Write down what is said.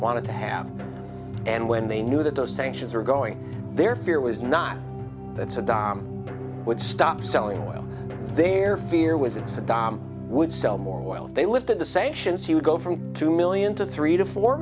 wanted to have and when they knew that those sanctions were going their fear was not that saddam would stop selling oil their fear was that saddam would sell more oil if they lifted the sanctions he would go from two million to three to four